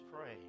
pray